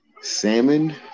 Salmon